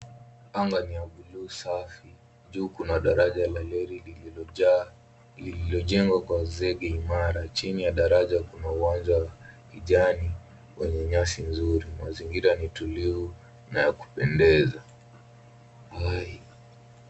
Anga ni ya bluu safi juu kuna daraja la reli lililojaa, lililojengwa kwa zege imara chini ya daraja kuna uwanja wa kijani wenye nyasi nzuri, mazingira ni tulivu na ya kupendeza.